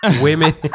Women